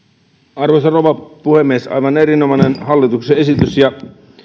arvoisa rouva puhemies aivan erinomainen hallituksen esitys ja